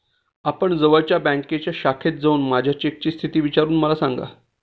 आपण जवळच्या बँकेच्या शाखेत जाऊन माझ्या चेकची स्थिती विचारून मला सांगा